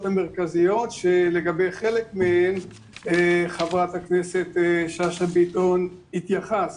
המרכזיות שלגבי חלק מהן חברת הכנסת שאשא ביטון התייחסת.